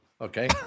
Okay